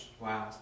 Wow